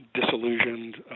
disillusioned